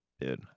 dude